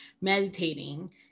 meditating